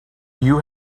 you